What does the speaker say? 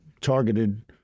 targeted